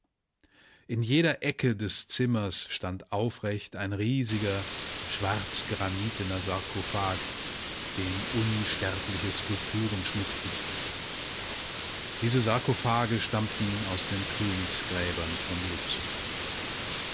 in jeder ecke des zimmers stand aufrecht ein riesiger schwarzgranitener sarkophag den unsterbliche skulpturen schmückten diese sarkophage stammten aus den königsgräbern von luxor